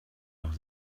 noch